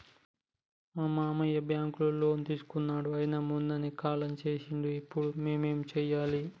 మా మామ బ్యాంక్ లో లోన్ తీసుకున్నడు అయిన మొన్ననే కాలం చేసిండు ఇప్పుడు మేం ఏం చేయాలి?